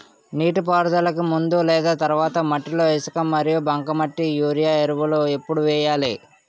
నీటిపారుదలకి ముందు లేదా తర్వాత మట్టిలో ఇసుక మరియు బంకమట్టి యూరియా ఎరువులు ఎప్పుడు వేయాలి?